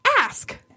Ask